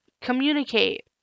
Communicate